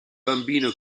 bambino